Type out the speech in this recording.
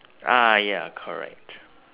ah ya correct